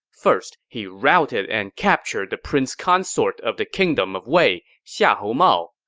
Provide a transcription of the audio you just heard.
first he routed and captured the prince consort of the kingdom of wei, xiahou mao.